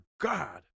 God